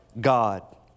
God